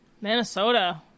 Minnesota